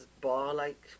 bar-like